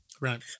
Right